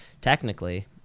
Technically